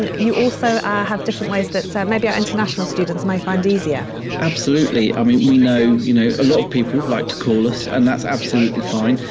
you also have different ways that sort of maybe our international students may find easier. lee absolutely. i mean, we know you know a lot of people like to call us. and that's absolutely fine.